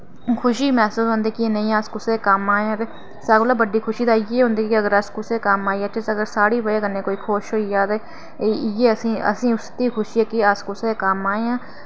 खुशी मैसूस होंदी कि नेईं अस कुसै दे कम्म आए आं ते सारें कोला बड्डी खुशी तां इ'यै होंदी कि अगर अस कुसै दे कम्म आई जाह्चै सगुआं साढ़ी वजह् कन्नै कोई खुश होई जा ते इ'यै असें असें उसदी खुशी ऐ कि अस कुसै दे कम्म आए आं